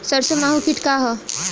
सरसो माहु किट का ह?